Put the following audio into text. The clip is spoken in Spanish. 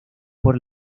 por